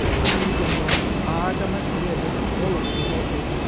si, sefior, argamasilla is full of quixote.